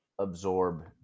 absorb